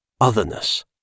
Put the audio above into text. otherness